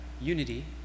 unity